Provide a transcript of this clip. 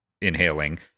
inhaling